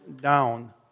down